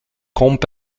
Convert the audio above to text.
camp